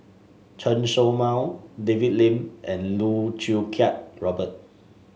Chen Show Mao David Lim and Loh Choo Kiat Robert